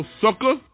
sucker